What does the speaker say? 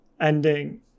ending